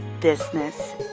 business